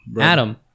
Adam